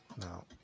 no